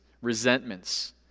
resentments